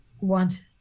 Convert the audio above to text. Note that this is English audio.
want